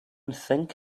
think